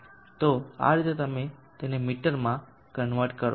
તો આ રીતે તમે તેને મીટરમાં કન્વર્ટ કરો